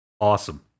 Awesome